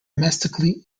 domestically